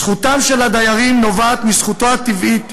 זכותם של הדיירים היא זכותם הטבעית,